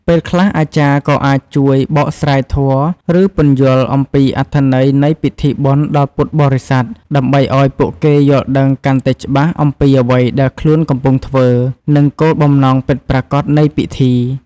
ពេលខ្លះ អាចារ្យក៏អាចជួយ បកស្រាយធម៌ ឬពន្យល់អំពីអត្ថន័យនៃពិធីបុណ្យដល់ពុទ្ធបរិស័ទ ដើម្បីឱ្យពួកគេយល់ដឹងកាន់តែច្បាស់អំពីអ្វីដែលខ្លួនកំពុងធ្វើ និងគោលបំណងពិតប្រាកដនៃពិធី។